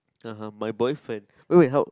(uh huh) my boyfriend wait wait how